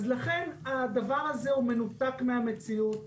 לכן הדבר הזה הוא מנותק מן המציאות.